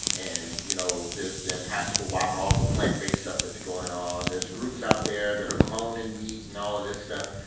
and, you know, there's the impossible whopper, all the plant-based stuff that's going on. there's groups out there that are cloning meat and all of this stuff.